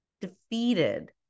defeated